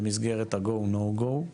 במסגרת ה"Go/no go"